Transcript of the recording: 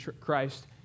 Christ